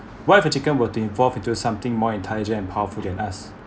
whatever taken were to evolved into something more intelligent and powerful than us